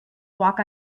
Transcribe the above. walk